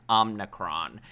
omnicron